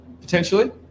Potentially